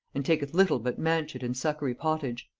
and taketh little but manchet and succory pottage.